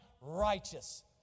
righteous